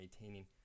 maintaining